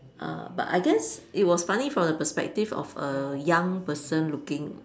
err but I guess it was funny for the perspective of a young person looking